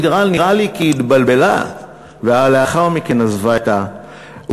נראה לי כי היא התבלבלה ולאחר מכן עזבה את האולם.